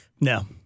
No